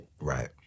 Right